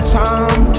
time